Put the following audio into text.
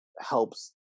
helps